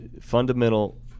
fundamental